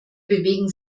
bewegen